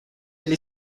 или